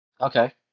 Okay